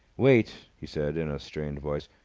wait! he said, in a strained voice.